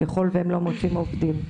ככל והם לא מוצאים עובדים.